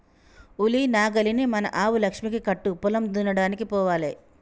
ఉలి నాగలిని మన ఆవు లక్ష్మికి కట్టు పొలం దున్నడానికి పోవాలే